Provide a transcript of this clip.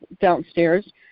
downstairs